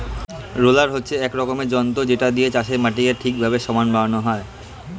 roller হচ্ছে এক রকমের যন্ত্র যেটা দিয়ে চাষের মাটিকে ঠিকভাবে সমান বানানো হয়